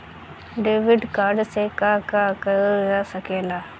Debit card से का का कइल जा सके ला?